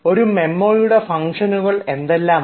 ഒരു മെമ്മോയുടെ ഫംഗ്ഷനുകൾ എന്തെല്ലാമാണ്